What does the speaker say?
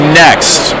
next